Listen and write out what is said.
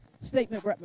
statement